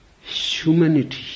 Humanity